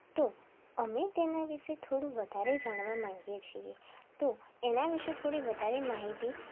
તો અમે એના વિશે થોડું વધારે જાણવા માંગીએ છીએ તો એના વિશે થોડી વધારે માહિતી